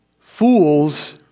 Fools